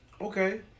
Okay